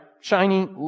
shiny